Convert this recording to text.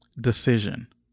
decision